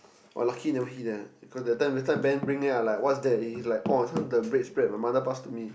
!wah! lucky never hit that eh cause then time that time Ben bring then like what's that oh this one the bread spread my mother pass to me